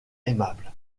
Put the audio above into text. aimable